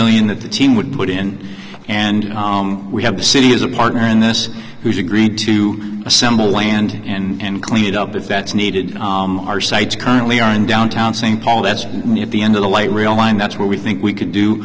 million that the team would put in and we have the city as a partner in this who's agreed to assemble land and clean it up if that's needed our sites currently are in downtown st paul that's me at the end of the light rail line that's where we think we could do